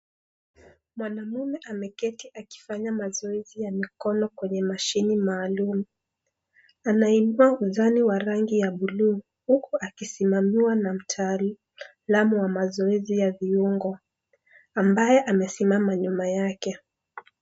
Mwanaume ameketi akifanya mazoezi ya mikono kwenye mashine maalum, anainua zani wa rangi ya bluu huku akisimamiwa na mtaalamu wa mazoezi ya viungo ambaye amesimama nyuma yake.